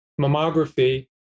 mammography